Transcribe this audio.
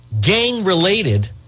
gang-related